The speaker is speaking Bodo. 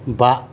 बा